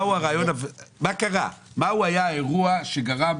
מה הוא היה האירוע שגרם